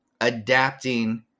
adapting